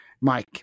Mike